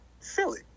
Philly